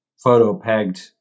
photo-pegged